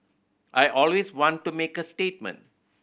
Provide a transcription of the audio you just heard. I always want to make a statement